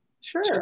Sure